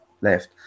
left